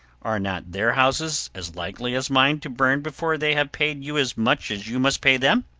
are not their houses as likely as mine to burn before they have paid you as much as you must pay them?